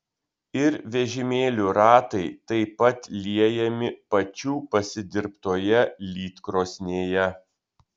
ir vežimėlių ratai taip pat liejami pačių pasidirbtoje lydkrosnėje